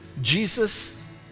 Jesus